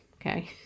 Okay